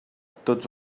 tots